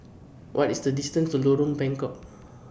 What IS The distance to Lorong Bengkok